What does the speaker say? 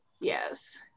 Yes